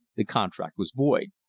the contract was void.